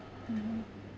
mmhmm